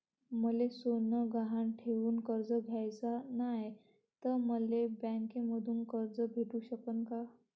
मले सोनं गहान ठेवून कर्ज घ्याचं नाय, त मले बँकेमधून कर्ज भेटू शकन का?